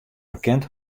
bekend